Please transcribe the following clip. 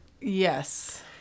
Yes